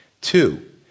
Two